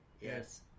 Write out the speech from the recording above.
Yes